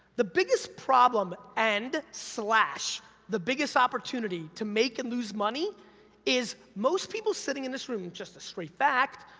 the biggest problem and slash the biggest opportunity to make and lose money is, most people sitting in this room, just a straight fact,